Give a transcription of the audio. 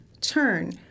turn